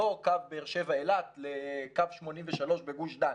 לא קו באר שבע-אילת לקו 83 בגוש דן,